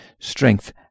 strength